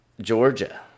Georgia